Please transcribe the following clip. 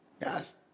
yes